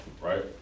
right